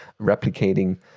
replicating